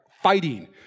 fighting